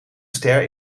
ster